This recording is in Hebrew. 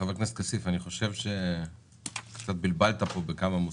חבר הכנסת כסיף, אני חושב שבלבלת פה בכמה מושגים.